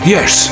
Yes